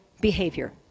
behavior